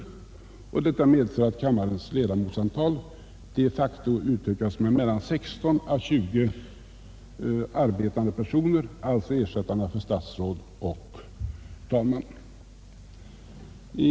Ett bifall till det förslaget innebär att kammarens ledamotsantal de facto utökas med mellan 16 och 20 arbetande personer, alltså ersättarna för statsråd och talmän.